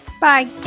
Bye